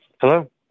Hello